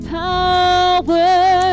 power